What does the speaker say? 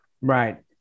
right